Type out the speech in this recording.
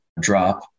Drop